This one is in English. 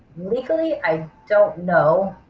legally i don't know.